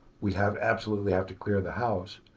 we'd have absolutely have to clear the house.